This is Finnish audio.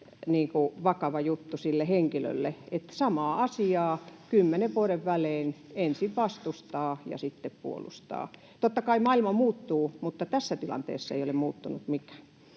vakava juttu sille henkilölle, että samaa asiaa kymmenen vuoden välein ensin vastustaa ja sitten puolustaa. Totta kai maailma muuttuu, mutta tässä tilanteessa ei ole muuttunut mikään.